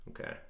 Okay